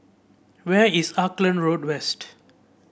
where is Auckland Road West